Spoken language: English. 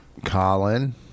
Colin